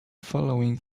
following